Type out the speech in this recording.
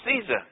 Caesar